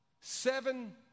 Seven